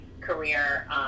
career